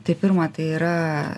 tai pirma tai yra